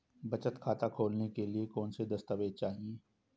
बचत खाता खोलने के लिए कौनसे दस्तावेज़ चाहिए?